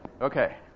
Okay